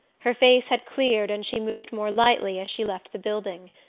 her face had cleared and she moved more lightly as she left the building.